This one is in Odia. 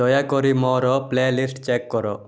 ଦୟାକରି ମୋର ପ୍ଲେଲିଷ୍ଟ ଚେକ୍ କର